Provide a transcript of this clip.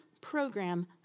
program